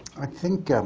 i think